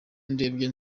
ndebye